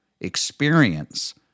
experience